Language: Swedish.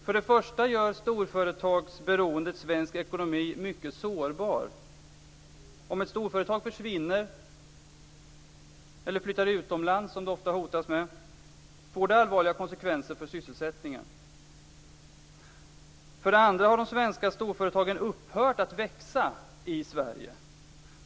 För det första gör storföretagsberoendet svensk ekonomi mycket sårbar. Om ett storföretag försvinner - eller flyttar utomlands, som det ofta hotas med - får det allvarliga konsekvenser för sysselsättningen. För det andra har de svenska storföretagen upphört att växa i Sverige.